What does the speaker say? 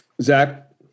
Zach